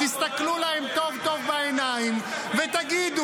וגם לשלוח בינתיים את הצבא ואת הלוחמים שלנו לעשות את מה שנדרש.